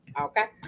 okay